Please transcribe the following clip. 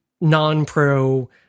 non-pro